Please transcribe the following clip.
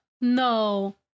No